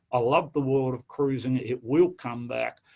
ah love the world of cruising, it will come back.